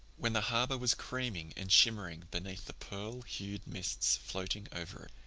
when the harbor was creaming and shimmering beneath the pearl-hued mists floating over